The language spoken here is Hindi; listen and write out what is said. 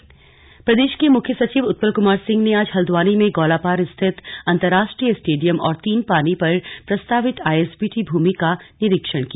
स्लग भूमि का निरीक्षण प्रदेश के मुख्य सचिव उत्पल कुमार सिंह ने आज हल्द्वानी में गौलापार स्थित अन्तर्राष्ट्रीय स्टेडियम और तीनपानी पर प्रस्तावित आईएसबीटी भूमि का निरीक्षण किया